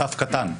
סף קטן.